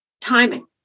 timing